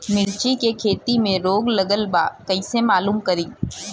मिर्ची के खेती में रोग लगल बा कईसे मालूम करि?